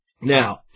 Now